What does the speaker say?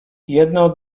jedno